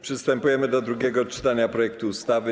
Przystępujemy do drugiego czytania projektu ustawy.